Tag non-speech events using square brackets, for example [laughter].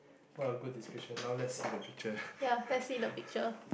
what a good description now let's see the picture [breath]